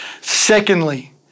Secondly